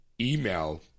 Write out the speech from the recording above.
email